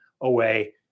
away